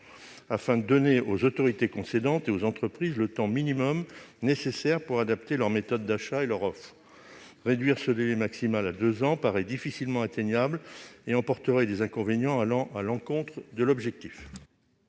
afin de donner aux autorités concédantes et aux entreprises le temps minimum nécessaire pour adapter leurs méthodes d'achat et leurs offres. Réduire ce délai maximal à deux ans paraît difficilement atteignable et emporterait des inconvénients allant à l'encontre de l'objectif.